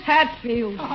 Hatfield